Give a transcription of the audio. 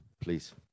please